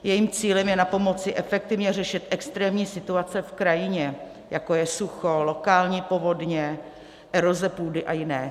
Jejím cílem je napomoci efektivně řešit extrémní situace v krajině, jako je sucho, lokální povodně, eroze půdy a jiné.